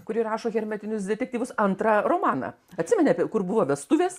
kuri rašo hermetinius detektyvus antrą romaną atsimeni kur buvo vestuvės